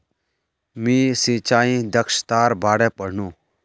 मी सिंचाई दक्षतार बारे पढ़नु